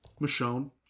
Michonne